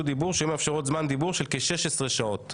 דיבור שהיו מאפשרות זמן דיבור של כ-16 שעות.